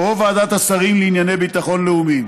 או ועדת השרים לענייני ביטחון לאומי.